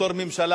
בתור ממשלה,